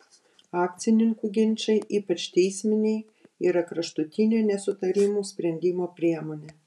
akcininkų ginčai ypač teisminiai yra kraštutinė nesutarimų sprendimo priemonė